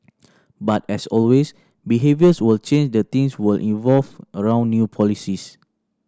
but as always behaviours will change the things will evolve around new policies